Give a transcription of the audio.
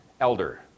elder